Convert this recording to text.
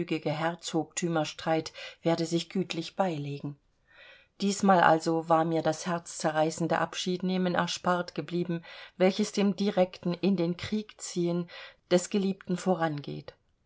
herzogtümerstreit werde sich gütlich beilegen diesmal also war mir das herzzerreißende abschiednehmen erspart geblieben welches dem direkten in den krieg ziehen des geliebten vorangeht